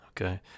okay